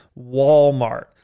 Walmart